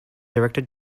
director